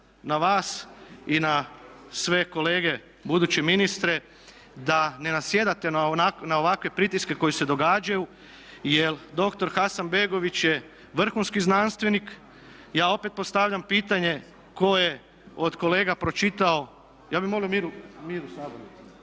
na vas i na sve kolege buduće ministre, da ne nasjedate na ovakve pritiske koji se događaju, jer doktor Hasanbegović je vrhunski znanstvenik. Ja opet postavljam pitanje tko je od kolega pročitao, ja bih molio mir u sabornici.